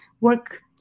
work